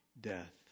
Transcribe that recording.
death